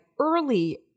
early